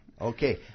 Okay